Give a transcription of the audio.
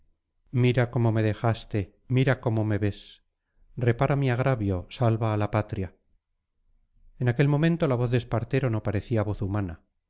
mira cómo me dejaste mira cómo me ves repara mi agravio salva a la patria en aquel momento la voz de espartero no parecía voz humana